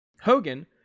hogan